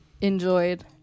enjoyed